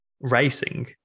racing